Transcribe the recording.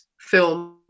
film